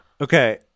Okay